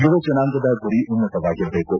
ಯುವ ಜನಾಂಗದ ಗುರಿ ಉನ್ನತವಾಗಿರಬೇಕು